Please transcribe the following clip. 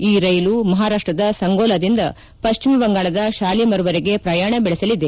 ಈ ರೈಲು ಮಹಾರಾಷ್ಟದ ಸಂಗೋಲಾದಿಂದ ಪಶ್ಚಿಮ ಬಂಗಾಳದ ಶಾಲಿಮರ್ವರೆಗೆ ಪ್ರಯಾಣ ಬೆಳೆಸಲಿದೆ